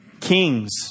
Kings